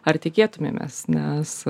ar tikėtumėmės nes